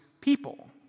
people